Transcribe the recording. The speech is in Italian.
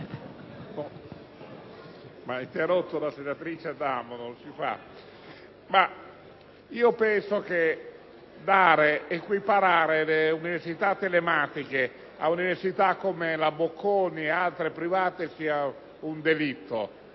ha interrotto la senatrice Adamo: non si fa. Comunque, io penso che equiparare le università telematiche ad università come la Bocconi e altre private sia un delitto.